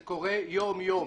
זה קורה יום יום,